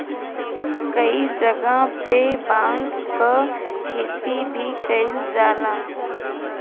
कई जगह पे बांस क खेती भी कईल जाला